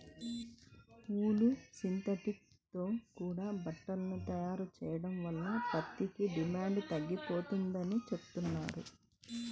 ఊలు, synthetic తో కూడా బట్టని తయారు చెయ్యడం వల్ల పత్తికి డిమాండు తగ్గిపోతందని చెబుతున్నారు